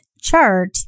chart